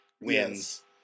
wins